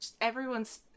Everyone's